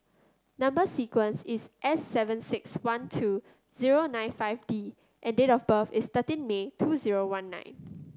number sequence is S seven six one two zero nine five D and date of birth is thirteen May two zero one nine